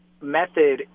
method